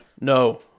No